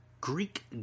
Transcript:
Greek